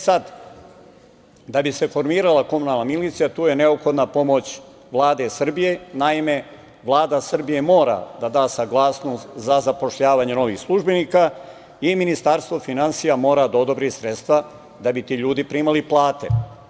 Sada, da bi se formirala komunalna milicija, tu je neophodna pomoć Vlade Srbije, naime Vlada Srbije mora da da saglasnost za zapošljavanje novih službenika i Ministarstvo finansija mora da odobri sredstva da bi ti ljudi primali plate.